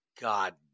God